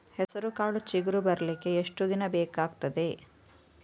ಹೆಸರುಕಾಳು ಚಿಗುರು ಬರ್ಲಿಕ್ಕೆ ಎಷ್ಟು ದಿನ ಬೇಕಗ್ತಾದೆ?